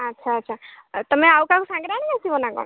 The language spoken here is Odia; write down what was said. ଆଚ୍ଛା ଆଚ୍ଛା ତମେ ଆଉ କାହାକୁ ସାଙ୍ଗେରେ ଆଣିକି ଆସିବ ନା କଣ